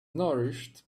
nourished